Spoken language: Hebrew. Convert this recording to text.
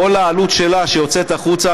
כל העלות שלה שיוצאת החוצה